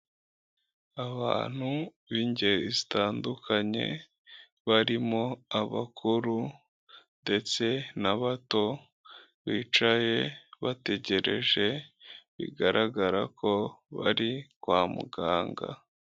Abantu b'ingeri zitandukanye, barimo abakuru ndetse n'abato, bicaye bategereje, bigaragara ko bari kwa muganga.